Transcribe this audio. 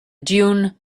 dune